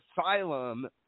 asylum